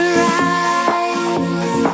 rise